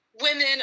women